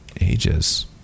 ages